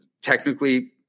technically